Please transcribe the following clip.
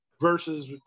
versus